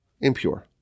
impure